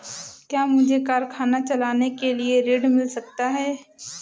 क्या मुझे कारखाना चलाने के लिए ऋण मिल सकता है?